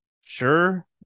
Sure